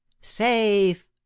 safe